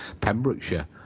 Pembrokeshire